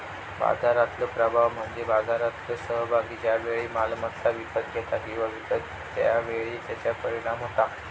बाजारातलो प्रभाव म्हणजे बाजारातलो सहभागी ज्या वेळी मालमत्ता विकत घेता किंवा विकता त्या वेळी त्याचा परिणाम होता